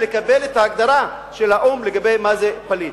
לקבל את ההגדרה של האו"ם לגבי מה זה פליט,